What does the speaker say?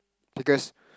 because